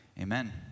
amen